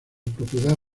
propiedad